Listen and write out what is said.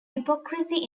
hypocrisy